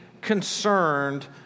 concerned